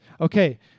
Okay